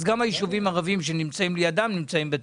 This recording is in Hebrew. גם הישובים הערביים שנמצאים לידם צריכים להיות